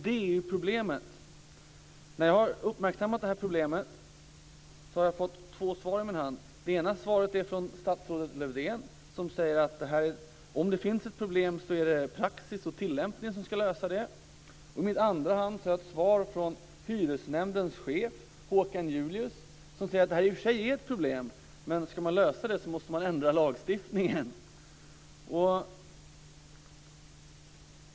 Det är problemet. När jag har uppmärksammat det här problemet har jag fått två svar i min hand. Det ena svaret är från statsrådet Lövdén, som säger att om det finns ett problem så är det praxis och tillämpning som ska lösa det. I min andra hand har jag ett svar från hyresnämndens chef, Håkan Julius, som säger att det här i och för sig är ett problem, men ska man lösa det måste man ändra lagstiftningen.